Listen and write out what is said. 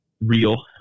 real